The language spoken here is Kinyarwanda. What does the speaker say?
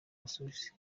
busuwisi